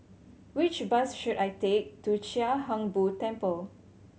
which bus should I take to Chia Hung Boo Temple